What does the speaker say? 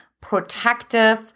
protective